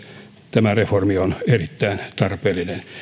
tämä reformi on erittäin tarpeellinen